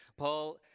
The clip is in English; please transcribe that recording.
Paul